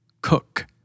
Cook